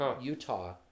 Utah